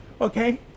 okay